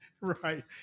right